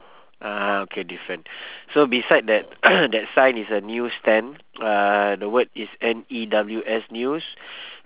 ah okay different so beside that that sign is a news stand uh the word is N E W S news